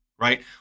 right